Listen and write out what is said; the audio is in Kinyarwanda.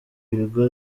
ibigo